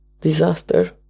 disaster